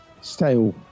stale